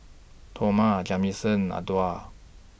Toma Jamison Adolph